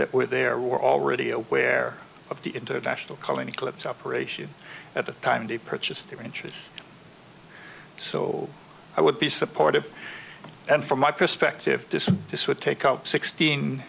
that were there were already aware of the international colony collapse operation at the time they purchased their interests so i would be supportive and from my perspective this would take up sixteen